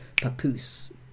papoose